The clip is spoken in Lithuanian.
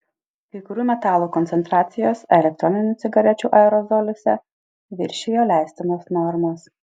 kai kurių metalų koncentracijos elektroninių cigarečių aerozoliuose viršijo leistinas normas